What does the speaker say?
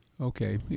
Okay